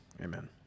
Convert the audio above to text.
Amen